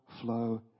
flow